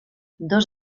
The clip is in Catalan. dos